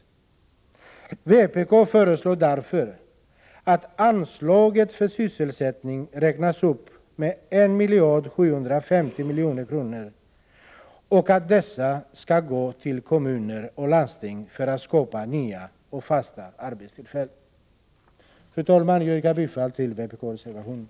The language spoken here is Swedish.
Vpk föreslår därför att anslaget för sysselsättning räknas upp med 1 750 000 000 kr. och att dessa medel skall gå till kommuner och landsting för att skapa nya och fasta arbetstillfällen. Fru talman! Jag yrkar bifall till vpk-reservationen.